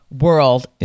world